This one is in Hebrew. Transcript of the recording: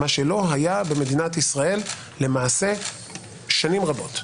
מה שלא היה במדינת ישראל שנים רבות.